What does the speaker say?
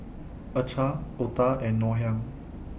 Acar Otah and Ngoh Hiang